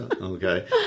okay